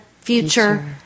future